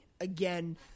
again